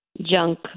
junk